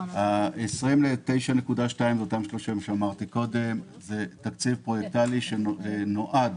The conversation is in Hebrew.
29.2 מיליון שקל זה תקציב פרויקטלי שנועד